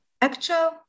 actual